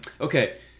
okay